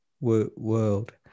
world